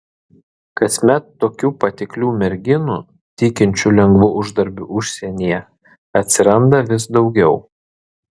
kasmet tokių patiklių merginų tikinčių lengvu uždarbiu užsienyje atsiranda vis daugiau